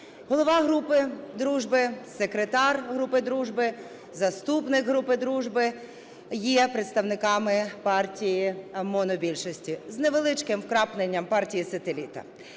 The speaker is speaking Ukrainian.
Голова групи дружби, секретар групи дружби, заступник групи дружби є представниками партії монобільшості з невеличким вкрапленням партії-сателіта.